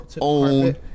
own